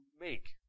make